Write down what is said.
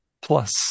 plus